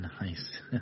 Nice